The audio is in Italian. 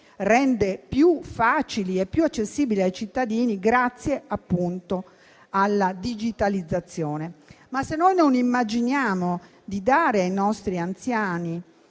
rende più accessibili ai cittadini, grazie appunto alla digitalizzazione. Se non immaginiamo di dare ai nostri anziani